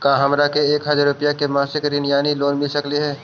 का हमरा के एक हजार रुपया के मासिक ऋण यानी लोन मिल सकली हे?